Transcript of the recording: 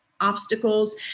obstacles